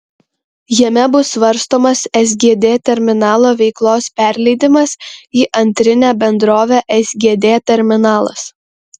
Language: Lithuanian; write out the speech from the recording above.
jame bus svarstomas sgd terminalo veiklos perleidimas į antrinę bendrovę sgd terminalas